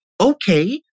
okay